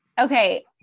Okay